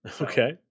Okay